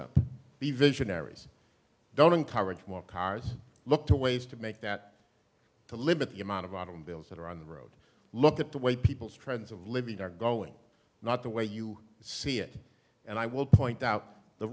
be visionaries don't encourage more cars look to ways to make that to limit the amount of item bills that are on the road look at the way people's trends of living are going not the way you see it and i will point out the